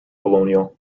colonial